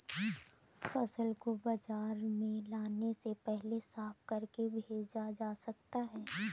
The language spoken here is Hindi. फसल को बाजार में लाने से पहले साफ करके बेचा जा सकता है?